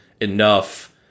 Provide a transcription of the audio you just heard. enough